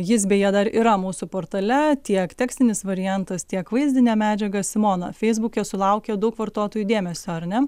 jis beje dar yra mūsų portale tiek tekstinis variantas tiek vaizdinė medžiaga simona feisbuke sulaukė daug vartotojų dėmesio ar ne